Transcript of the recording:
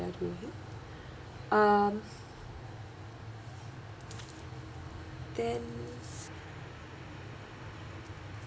um then